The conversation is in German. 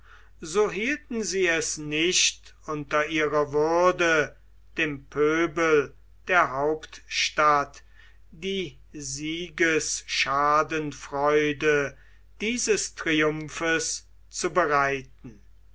so hielten sie es nicht unter ihrer würde dem pöbel der hauptstadt die siegesschadenfreude dieses triumphes